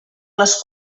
les